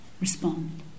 respond